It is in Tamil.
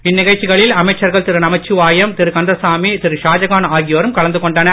இந்நிகழ்ச்சிகளில் அமைச்சர்கள் திரு நமச்சிவாயம் திரு கந்தசாமி திரு ஷாஜகான் ஆகியோரும் கலந்து கொண்டனர்